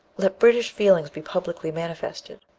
let british feeling be publicly manifested.